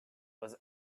was